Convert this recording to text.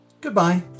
goodbye